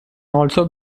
also